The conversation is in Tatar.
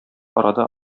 арада